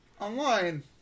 online